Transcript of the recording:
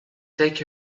take